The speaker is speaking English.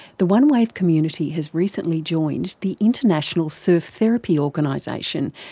the onewave community has recently joined the international surf therapy organisation,